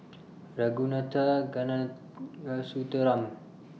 Ragunathar Kanagasuntheram